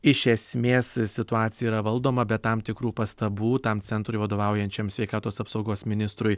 iš esmės situacija yra valdoma be tam tikrų pastabų tam centrui vadovaujančiam sveikatos apsaugos ministrui